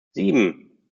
sieben